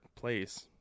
place